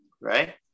Right